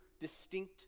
distinct